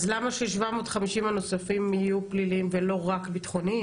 אז למה שה-750 הנוספים יהיו פליליים ולא רק ביטחוניים?